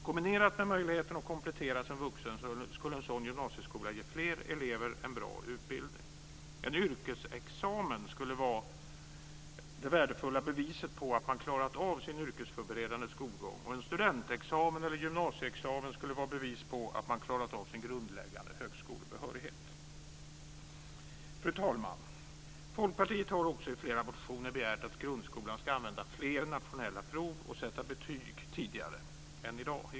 Kombinerat med möjligheten att komplettera som vuxen skulle en sådan gymnasieskola ge fler elever en bra utbildning. En yrkesexamen skulle vara det värdefulla beviset på att man klarat av sin yrkesförberedande skolgång. En student eller gymnasieexamen skulle vara bevis på att man klarat av sin grundläggande högskolebehörighet. Fru talman! Folkpartiet har också i flera motioner begärt att grundskolan ska använda fler nationella prov och sätta betyg tidigare än i dag.